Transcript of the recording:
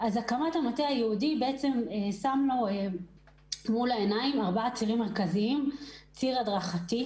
הקמת המטה דרשה לשים לב לארבה צירים מרכזיים: ציר ההדרכה,